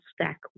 stack